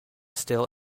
still